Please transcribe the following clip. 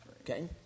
Okay